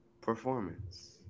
performance